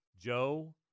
Joe